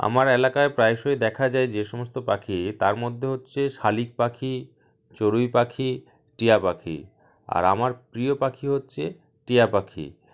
আমার এলাকায় প্রায়শই দেখা যায় যে সমস্ত পাখি তার মধ্যে হচ্ছে শালিক পাখি চড়ুই পাখি টিয়া পাখি আর আমার প্রিয় পাখি হচ্ছে টিয়া পাখি